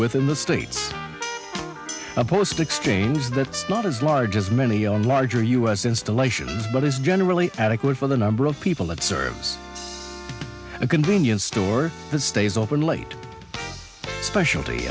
with in the states a post exchange that bothers large as many on larger u s installations but is generally adequate for the number of people it serves a convenience store that stays open late specialty